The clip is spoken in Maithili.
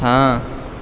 हाँ